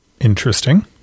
Interesting